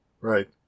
Right